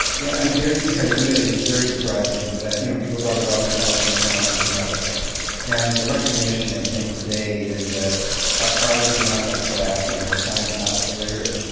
yeah, and there's this idea which is very depressing that you know people talk about the art and the science of medicine and the recognition i think today is that our art is not that crafty and our science is not that rigorous.